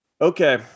Okay